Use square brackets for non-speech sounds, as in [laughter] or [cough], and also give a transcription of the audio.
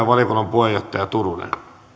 [unintelligible] valiokunnan puheenjohtaja turunen